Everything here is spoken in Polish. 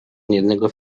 niejednego